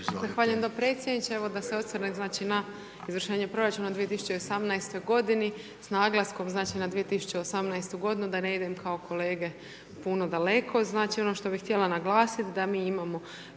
Zahvaljujem podpredsjedniče. Evo da se osvrnem, znači, na izvršenje proračuna 2018.-toj godini, s naglaskom, znači na 2018.-tu godinu da ne idem kao kolege puno daleko. Znači, ono što bih htjela naglasiti da mi imamo